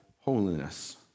holiness